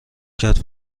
کرد